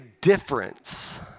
difference